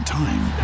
time